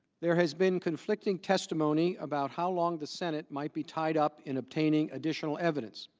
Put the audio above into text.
there has been conflicting testimony about how long the senate might be tied up in obtaining additional evidence.